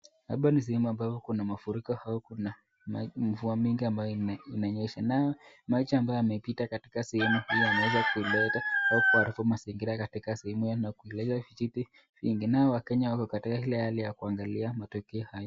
Hapa ni sehemu ambayo kuna mafuriko au kuna mvua mingi ambayo imenyesha, nayo maji ambayo yamepita katika sehemu hii yameweza kuleta au kuharibu mazingira katika sehemu hii na kuleta vijiti vingi, nao wakenya wako katika ile hali ya kuangalia matukio haya.